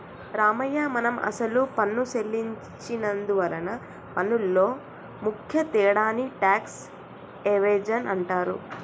రామయ్య మనం అసలు పన్ను సెల్లించి నందువలన పన్నులో ముఖ్య తేడాని టాక్స్ ఎవేజన్ అంటారు